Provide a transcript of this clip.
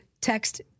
text